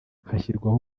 hashyirwaho